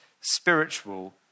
spiritual